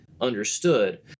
understood